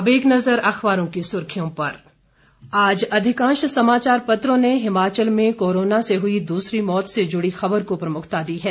अब एक नजर अखबारों की सुर्खियों पर आज अधिकांश समाचार पत्रों ने हिमाचल में कोरोना से हुई दूसरी मौत से जुड़ी खबर को प्रमुखता दी है